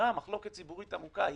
במחלוקת ציבורית עמוקה,